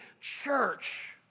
church